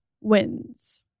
wins